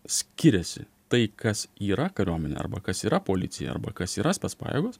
skiriasi tai kas yra kariuomenė arba kas yra policija arba kas yra spec pajėgos